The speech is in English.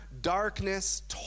darkness